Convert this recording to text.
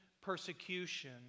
persecution